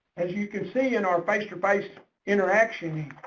as you can see in our face-to-face interaction,